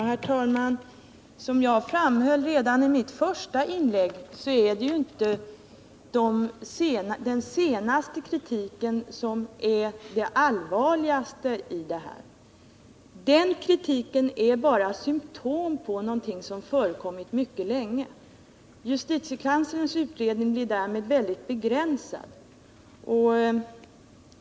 Herr talman! Som jag framhöll redan i mitt första inlägg är det inte den senaste kritiken som är det allvarligaste i det här sammanhanget. Den kritiken är bara symtom på någonting som förekommit mycket länge. Justitiekanslerns utredning blir därmed väldigt begränsad.